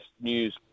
news